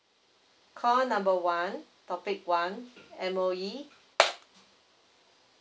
call number one topic one M_O_E